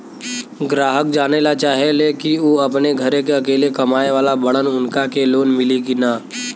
ग्राहक जानेला चाहे ले की ऊ अपने घरे के अकेले कमाये वाला बड़न उनका के लोन मिली कि न?